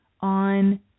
on